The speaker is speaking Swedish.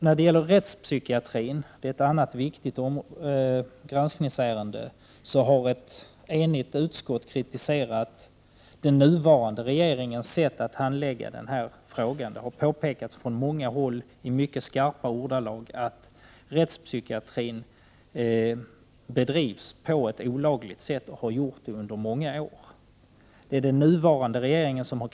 När det gäller ett annat viktigt granskningsärende, rättspsykiatrin, har ett enigt utskott kritiserat den nuvarande regeringens handläggningssätt. Det har påpekats från många håll i mycket skarpa ordalag att rättspsykiatrin bedrivs på ett olagligt sätt och att så har varit fallet under många år.